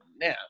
now